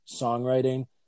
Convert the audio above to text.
songwriting